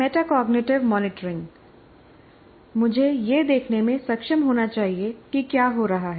metacognitive monitoring मुझे यह देखने में सक्षम होना चाहिए कि क्या हो रहा है